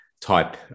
type